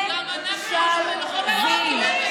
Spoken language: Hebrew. משלבים.